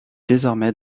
désormais